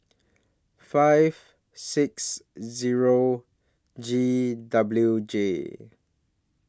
five six Zero G W J